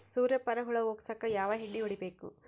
ಸುರ್ಯಪಾನ ಹುಳ ಹೊಗಸಕ ಯಾವ ಎಣ್ಣೆ ಹೊಡಿಬೇಕು?